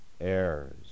heirs